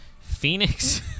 Phoenix